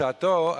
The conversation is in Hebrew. בשעתו,